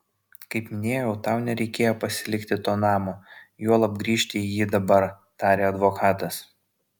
kaip minėjau tau nereikėjo pasilikti to namo juolab grįžti į jį dabar tarė advokatas